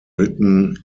written